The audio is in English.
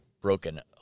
broken